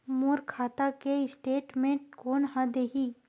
मोर खाता के स्टेटमेंट कोन ह देही?